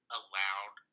allowed